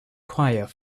quiet